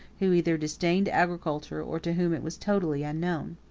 who either disdained agriculture, or to whom it was totally unknown.